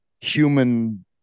human